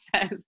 says